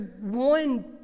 one